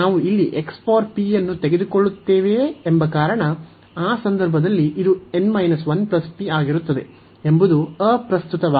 ನಾವು ಇಲ್ಲಿ ಅನ್ನು ತೆಗೆದುಕೊಳ್ಳುತ್ತೇವೆಯೇ ಎಂಬ ಕಾರಣ ಆ ಸಂದರ್ಭದಲ್ಲಿ ಇದು n 1 p ಆಗಿರುತ್ತದೆ ಎಂಬುದು ಅಪ್ರಸ್ತುತವಾಗುತ್ತದೆ ಮತ್ತು n≥1